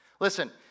Listen